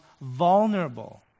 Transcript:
vulnerable